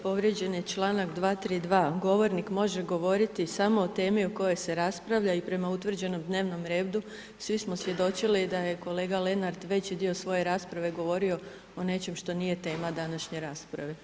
Povrijeđen je čl. 232. govornik može govoriti samo o tome, o kojoj se raspravlja i prema utvrđenom dnevnom redu, svim smo svjedočili da je kolega Lenart veći dio svoje rasprave govorio o nečem što nije tema današnje rasprave.